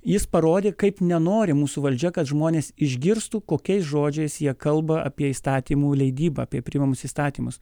jis parodė kaip nenori mūsų valdžia kad žmonės išgirstų kokiais žodžiais jie kalba apie įstatymų leidybą apie priimamus įstatymus